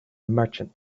merchant